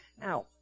Now